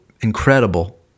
incredible